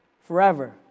forever